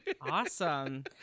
Awesome